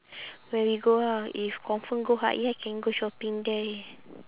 where we go ah if confirm go can go shopping there